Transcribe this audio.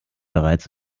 bereits